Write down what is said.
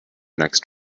next